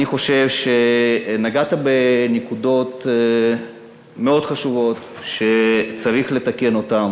אני חושב שנגעת בנקודות מאוד חשובות שצריך לתקן אותן.